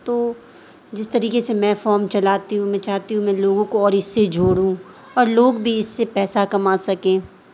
تو جس طریقے سے میں فام چلاتی ہوں میں چاہتی ہوں میں لوگوں کو اور اس سے جوڑوں اور لوگ بھی اس سے پیسہ کما سکیں